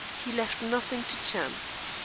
he left nothing to chance.